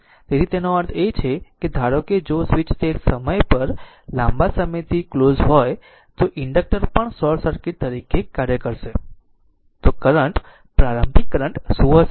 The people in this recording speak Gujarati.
તેથી તેનો અર્થ છે કે ધારો કે જો સ્વીચ તે સમય પર લાંબા સમયથી ક્લોઝ હોય તો ઇન્ડક્ટર પણ શોર્ટ સર્કિટ તરીકે કાર્ય કરશે તો કરંટ પ્રારંભિક કરંટ શું હશે